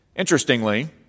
Interestingly